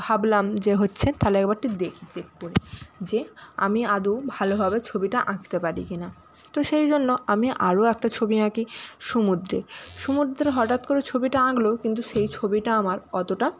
ভাবলাম যে হচ্ছে তাহলে একবারটি দেখি চেক করে যে আমি আদৌ ভালোভাবে ছবিটা আঁকতে পারি কি না তো সেই জন্য আমি আরও একটা ছবি আঁকি সমুদ্রে সমুদ্রের হঠাৎ করে ছবিটা আঁকলেও কিন্তু সেই ছবিটা আমার অতটা